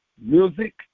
Music